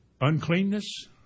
Uncleanness